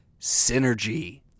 synergy